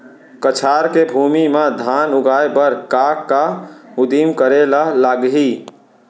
कछार के भूमि मा धान उगाए बर का का उदिम करे ला लागही?